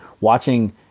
watching